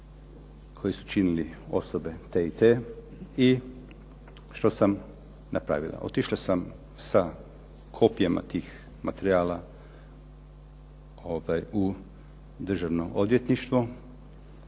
koje su činile osobe te i te. I što sam napravila? Otišla sam sa kopijama tih materijala u Državno odvjetništvo